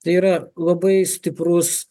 tai yra labai stiprus